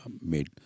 made